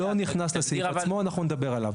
אני לא נכנס לסעיף עצמו, אנחנו נדבר עליו.